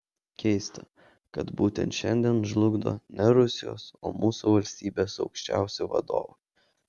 keista kad būtent šiandien žlugdo ne rusijos o mūsų valstybės aukščiausi vadovai